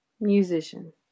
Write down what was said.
Musician